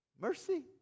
mercy